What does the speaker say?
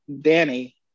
Danny